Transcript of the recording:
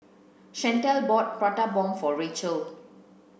Chantal bought prata bomb for Rachelle